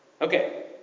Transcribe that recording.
Okay